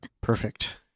Perfect